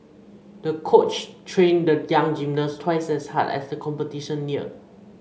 the coach trained the young gymnast twice as hard as the competition neared